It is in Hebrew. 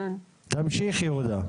תמשיכי הודא.